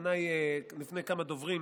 לפני כמה דוברים,